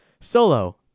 Solo